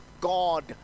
god